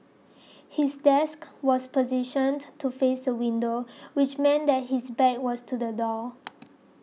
his desk was positioned to face the window which meant that his back was to the door